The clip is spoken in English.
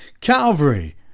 Calvary